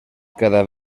cada